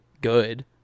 good